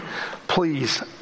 please